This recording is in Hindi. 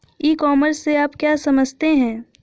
ई कॉमर्स से आप क्या समझते हैं?